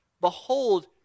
Behold